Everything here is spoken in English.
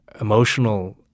emotional